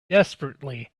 desperately